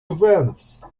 events